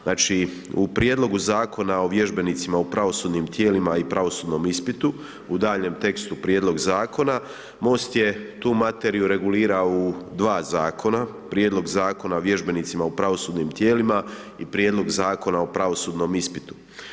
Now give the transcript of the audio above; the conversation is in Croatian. Znači, u Prijedlogu Zakona o vježbenicima u pravosudnim tijelima i pravosudnom ispitu u daljnjem tekstu prijedlog zakona, MOST je tu materiju regulirao u dva zakona, Prijedlog Zakona o vježbenicima u pravosudnim tijelima i Prijedlog Zakona o pravosudnom ispitu.